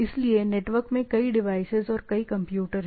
इसलिए नेटवर्क में कई डिवाइसेज और कई कंप्यूटर हैं